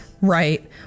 Right